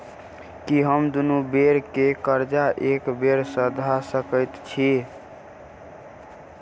की हम दुनू बेर केँ कर्जा एके बेर सधा सकैत छी?